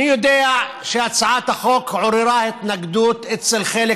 אני יודע שהצעת החוק עוררה התנגדות אצל חלק